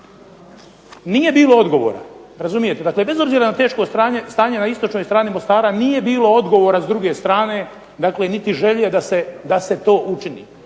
Nije bilo odgovora, razumijete, bez obzira na teško stanje na istočnoj strani Mostara nije bilo odgovora s druge strane niti želje da se to učini.